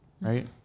right